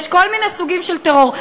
יש כל מיני סוגים של טרור.